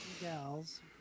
Gals